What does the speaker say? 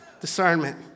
Discernment